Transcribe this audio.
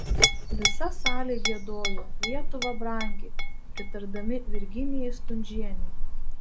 visa salė giedojo lietuva brangi pritardami virginijai stundžienei